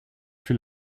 fut